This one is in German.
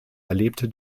erlebte